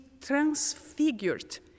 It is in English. transfigured